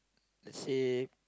let's say